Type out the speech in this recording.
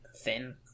thin